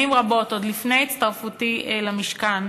שנים רבות, עוד לפני הצטרפותי למשכן,